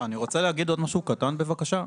אני רוצה להגיד עוד משהו קטן בבקשה.